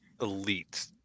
elite